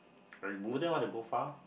I wouldn't want to go far